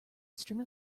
stream